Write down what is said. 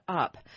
up